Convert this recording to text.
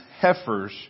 heifers